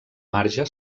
marge